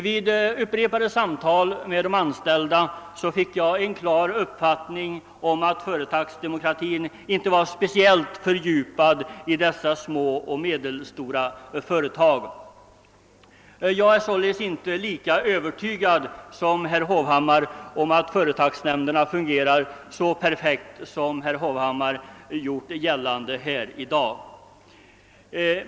Vid upprepade samtal med de anställda fick jag en klar uppfattning om att företagsdemokratin inte var speciellt fördjupad i dessa små och medelstora företag. Jag är således inte lika övertygad som herr Hovhammar om att företagsnämnderna fungerar så perfekt som han gjorde gällande här i dag.